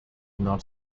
not